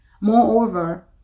Moreover